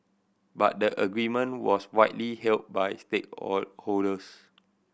but the agreement was widely hailed by stake holders